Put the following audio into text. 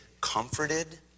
comforted